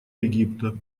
египта